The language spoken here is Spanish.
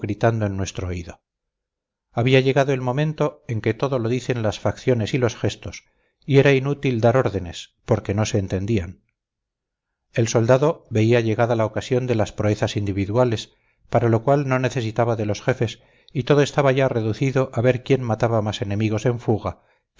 en nuestro oído había llegado el momento en que todo lo dicen las facciones y los gestos y era inútil dar órdenes porque no se entendían el soldado veía llegada la ocasión de las proezas individuales para lo cual no necesitaba de los jefes y todo estaba ya reducido a ver quién mataba más enemigos en fuga